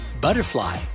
Butterfly